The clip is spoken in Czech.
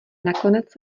nakonec